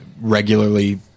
regularly